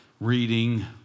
reading